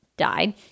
died